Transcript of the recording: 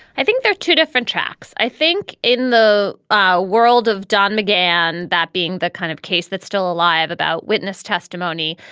i think there are two different tracks. i think in the ah world of don mcgann, that being the kind of case that's still alive about witness testimony,